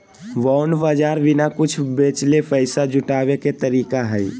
bond बाज़ार बिना कुछ बेचले पैसा जुटाबे के तरीका हइ